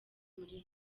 muri